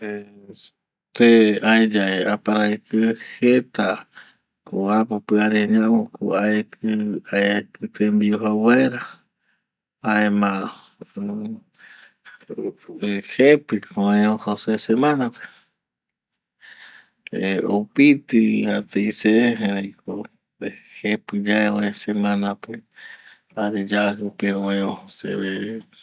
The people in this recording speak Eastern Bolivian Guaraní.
˂hesitation˃ se aeya aparaiki jeta ko piare ñavo aiki tembiu jau vaera jaema jepi ko üe se se semana pe ˂hesitation˃ oipiti tei se erei jepi yae üe semana pe jare yaji pe üe ojo seve